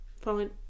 Fine